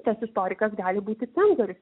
tas istorikas gali būti cenzorius